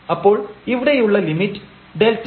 അപ്പോൾ ഇവിടെയുള്ള limit Δz dzΔρ